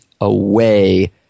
away